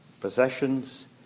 Possessions